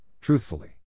truthfully